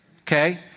Okay